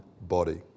body